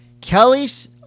kelly's